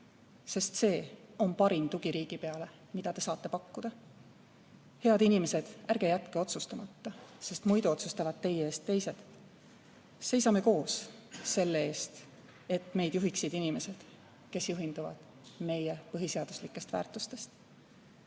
sest see on parim tugi, mida te saate riigipeale pakkuda! Head inimesed, ärge jätke otsustamata, sest muidu otsustavad teie eest teised! Seisame koos selle eest, et meid juhiksid inimesed, kes juhinduvad meie põhiseaduslikest väärtustest.